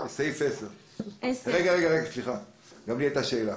עכשיו גם לי יש שאלה.